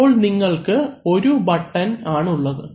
അപ്പോൾ നിങ്ങൾക്ക് ഒരു ഒരു ബട്ടൺ ആണ് ഉള്ളത്